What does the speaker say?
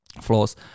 flaws